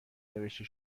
نوشته